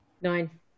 Nine